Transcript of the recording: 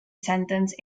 sentence